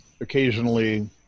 occasionally